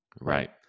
Right